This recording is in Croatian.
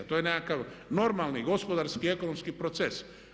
To je nekakav normalni gospodarski i ekonomski proces.